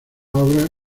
obras